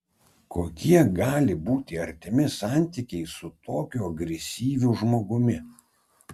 kokie gali būti artimi santykiai su tokiu agresyviu žmogumi